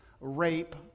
rape